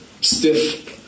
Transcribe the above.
stiff